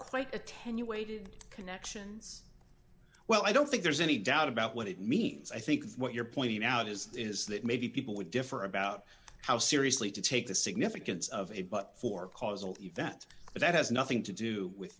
quite attenuated connections well i don't think there's any doubt about what it means i think what you're pointing out is that maybe people would differ about how seriously to take the significance of it but for causal events but that has nothing to do with